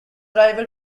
rival